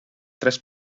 tres